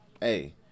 Hey